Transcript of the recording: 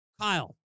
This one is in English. Kyle